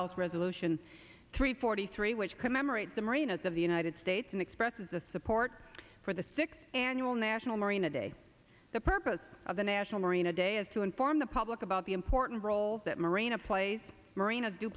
health resolution three forty three which commemorates the marina's of the united states and expresses the support for the six annual national marine a day the purpose of the national marine a day is to inform the public about the important role that marina place marina do